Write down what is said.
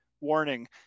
warning